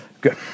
Good